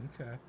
Okay